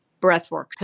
breathwork